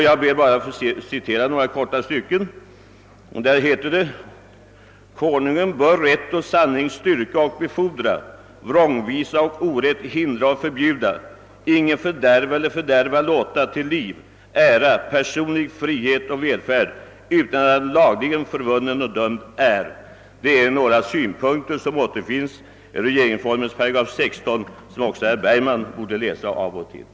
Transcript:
Jag ber att få citera endast några rader ur denna: »Konungen bör rätt ach sanning styrka och befordra, vrångvisa och orätt hindra och förbjuda, ingen fördärva eller fördärva låta, till liv, ära, personlig frihet och välfärd, utan han lagligen förvunnen och dömd är, RV SR --- Dessa stadganden återfinns alltså i regeringsformens 8 16, som herr Bergman borde läsa av och till.